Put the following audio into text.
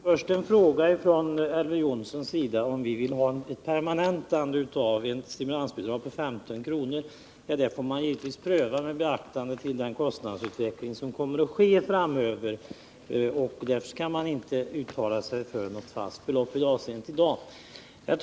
Herr talman! Först ett svar på Elver Jonssons fråga om vi vill ha ett permanentande av ett stimulansbidrag på 15 kr. Ja, det får man givetvis pröva med beaktande av den kostnadsutveckling som sker framöver. Därför kan man inte i dag uttala sig för ett fast belopp i det avseendet.